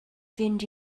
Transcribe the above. fynd